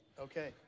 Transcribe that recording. Okay